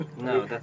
No